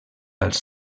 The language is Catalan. als